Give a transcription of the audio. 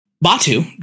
Batu